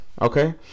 Okay